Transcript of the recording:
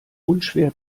unschwer